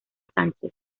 sánchez